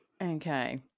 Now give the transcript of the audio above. Okay